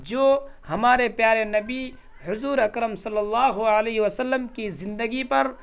جو ہمارے پیارے نبی حضور اکرم صلی اللہ علیہ وسلم کی زندگی پر